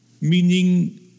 meaning